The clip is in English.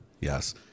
Yes